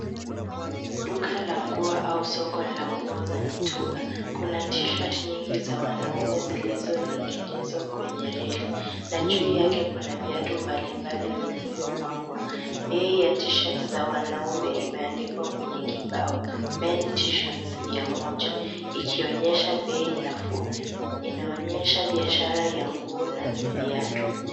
Duka la nguo au soko la nguo za mitumba. Kuna t-shirt nyingi za wanaume zilizoning'inizwa kwenye reli na juu yake kuna viatu mbalimbali vilivyopangwa. Bei ya t-shirt za wanaume imeandikwa kwenye kibao men t-shirt mia moja ikionyesha bei nafuu. Inaonyesha biashara ya nguo na viatu.